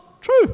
true